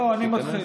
לא, אני אתחיל.